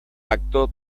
acto